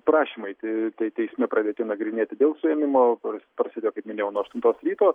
prašymai tei teisme pradėti nagrinėti dėl suėmimo kuris prasideda kaip minėjau nuo aštuntos ryto